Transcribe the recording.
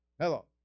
Hello